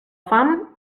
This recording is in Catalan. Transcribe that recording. fam